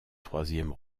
troisième